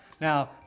Now